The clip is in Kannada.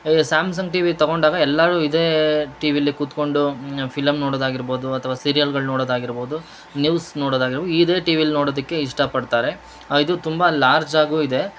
ಈಗ ಸ್ಯಾಮ್ಸಂಗ್ ಟಿವಿ ತೊಗೊಂಡಾಗ ಎಲ್ಲಾರು ಇದೇ ಟಿವಿಲ್ಲಿ ಕೂತ್ಕೊಂಡು ಫಿಲಮ್ ನೋಡದಾಗಿರ್ಬೋದು ಅಥವಾ ಸೀರಿಯಲ್ಗಳು ನೋಡೋದಾಗಿರ್ಬೋದು ನ್ಯೂಸ್ ನೋಡೋದಾಗಿರ್ಬೋದು ಇದೇ ಟಿವಿಯಲ್ಲಿ ನೋಡೋದಿಕ್ಕೆ ಇಷ್ಟಪಡ್ತಾರೆ ಇದು ತುಂಬಾ ಲಾರ್ಜ್ ಆಗೂ ಇದೆ